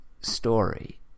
story